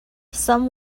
some